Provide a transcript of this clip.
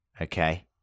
okay